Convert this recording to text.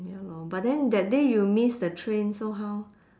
ya lor but then that day you miss the train so how